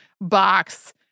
box